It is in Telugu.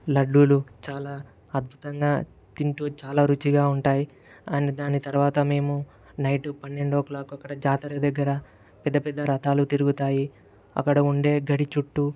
లడ్డూలు చాలా అద్భుతంగా తింటూ చాలా రుచిగా ఉంటాయి అండ్ దాని తరవాత మేము నైటు పన్నెండో క్లాకు అక్కడ జాతర దగ్గర పెద్ద పెద్ద రథాలు తిరుగుతాయి అక్కడ ఉండే గడి చుట్టూ